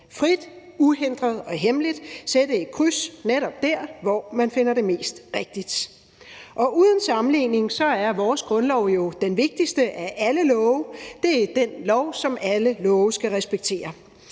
frit, uhindret og hemmeligt sætte et kryds netop der, hvor man finder det mest rigtigt. Uden sammenligning er vores grundlov jo den vigtigste af alle love. Det er den lov, som alle love skal respektere.